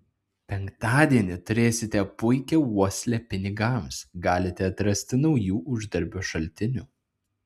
penktadienį turėsite puikią uoslę pinigams galite atrasti naujų uždarbio šaltinių